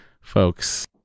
folks